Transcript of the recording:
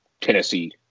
Tennessee